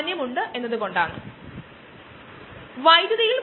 അതായത് വെറും ഒരു അമർത്തലിൽ ഓയിൽ പുറത്തേക്കു ഒഴുകുന്നു